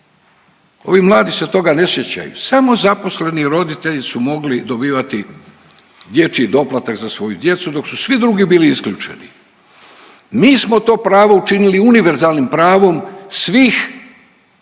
Ovi mladi se toga ne sjećaju, samo zaposleni roditelji su mogli dobivati dječji doplatak za svoju djecu dok su svi drugi bili isključeni. Mi smo to pravo učinili univerzalnim pravom svih roditelja